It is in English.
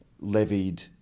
levied